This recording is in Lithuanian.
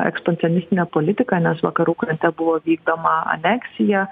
ekspansionistinę politiką nes vakarų krante buvo vykdoma aneksija